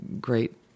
great